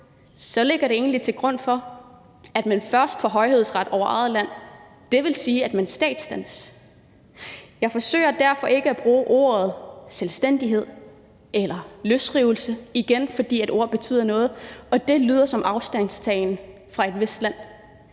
vi har nu, er grundlaget, at man først får højhedsret over eget land. Det vil sige, at man statsdannes. Jeg forsøger derfor ikke at bruge ordet selvstændighed eller løsrivelse igen, fordi ord betyder noget, og det lyder som afstandtagen fra et vist land,